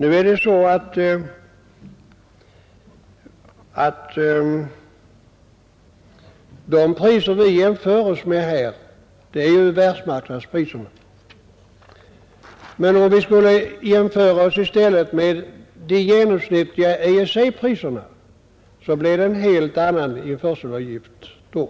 Nu jämför vi våra priser med världsmarknadspriserna. Om vi i stället skulle jämföra dem med de genomsnittliga EEC-priserna så skulle uppgifterna om införselavgifterna